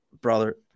brother